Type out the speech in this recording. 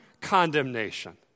condemnation